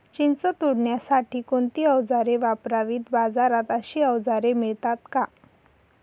चिंच तोडण्यासाठी कोणती औजारे वापरावीत? बाजारात अशी औजारे मिळतात का?